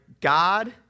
God